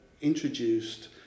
introduced